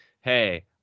hey